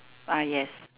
ah yes